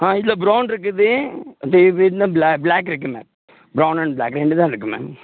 ஆ இதில் பிரவுண் இருக்குது இது இதுல ப்ளா ப்ளாக் இருக்குது மேம் பிரவுண் அண்ட் ப்ளாக் ரெண்டு தான் மேம் இருக்கு மேம்